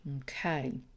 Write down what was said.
Okay